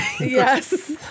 Yes